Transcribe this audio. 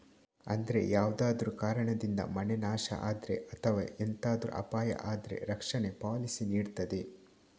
ಅಂದ್ರೆ ಯಾವ್ದಾದ್ರೂ ಕಾರಣದಿಂದ ಮನೆ ನಾಶ ಆದ್ರೆ ಅಥವಾ ಎಂತಾದ್ರೂ ಅಪಾಯ ಆದ್ರೆ ರಕ್ಷಣೆ ಪಾಲಿಸಿ ನೀಡ್ತದೆ